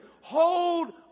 Hold